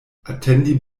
atendi